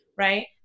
right